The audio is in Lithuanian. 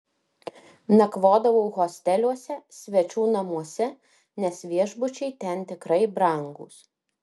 nakvodavau hosteliuose svečių namuose nes viešbučiai ten tikrai brangūs